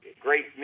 great